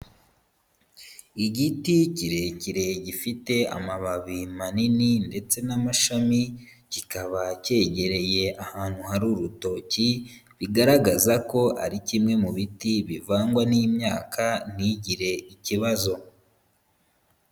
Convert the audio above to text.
Igiti kirekire gifite amababi manini ndetse n'amashami, kikaba cyegereye ahantu hari urutoki. Bigaragaza ko ari kimwe mu biti bivangwa n'imyaka ntigire ikibazo.